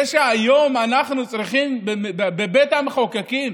זה שהיום אנחנו צריכים בבית המחוקקים